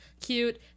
cute